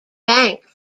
bank